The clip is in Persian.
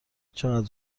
چقدر